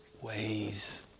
ways